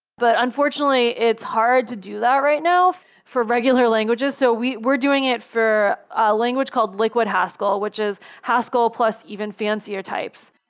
but unfortunately, it's hard to do that right now for regular languages. so we're doing it for a language called liquidhaskell, which is haskell plus even fancier types.